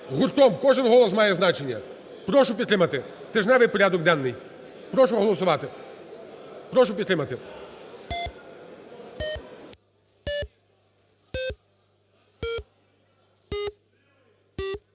гуртом, кожен голос має значення. Прошу підтримати тижневий порядок денний. Прошу голосувати, прошу підтримати.